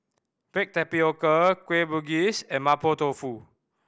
baked tapioca Kueh Bugis and Mapo Tofu